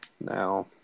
Now